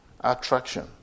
attraction